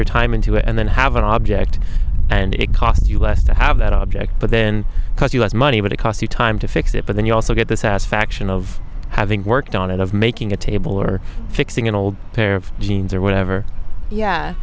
your time into it and then have an object and it cost you less to have that object but then cost us money but it cost you time to fix it but then you also get the satisfaction of having worked on it of making a table or fixing an old pair of jeans or whatever yeah